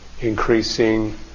increasing